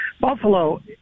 Buffalo